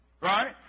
Right